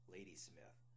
Ladysmith